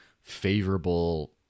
favorable